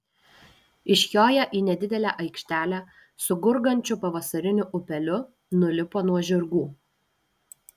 išjoję į nedidelę aikštelę su gurgančiu pavasariniu upeliu nulipo nuo žirgų